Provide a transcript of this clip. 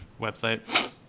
website